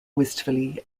wistfully